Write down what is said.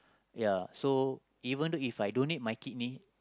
ya so even If I donate my kidney